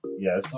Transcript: Yes